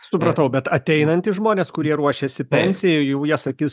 supratau bet ateinantys žmonės kurie ruošiasi pensijai jau jie sakys